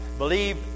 believe